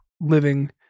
living